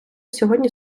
сьогодні